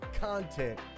content